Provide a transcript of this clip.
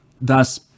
Thus